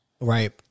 right